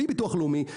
בלי ביטוח לאומי,